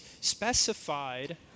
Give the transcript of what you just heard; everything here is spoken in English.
specified